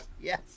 Yes